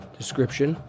description